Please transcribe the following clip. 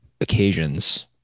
occasions